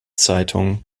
zeitung